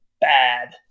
bad